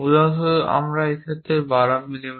উদাহরণস্বরূপ এখানে এই ক্ষেত্রে 12 মিমি